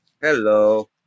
Hello